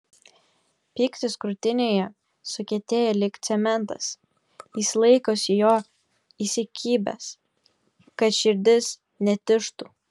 pyktis krūtinėje sukietėja lyg cementas jis laikosi jo įsikibęs kad širdis netižtų